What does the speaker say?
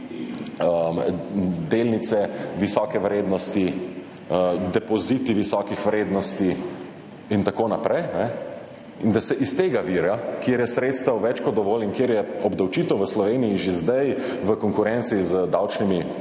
delnice visoke vrednosti, depoziti visokih vrednosti in tako naprej, a ne. In da se iz tega vira, kjer je sredstev več kot dovolj in kjer je obdavčitev v Sloveniji že zdaj, v konkurenci z davčnimi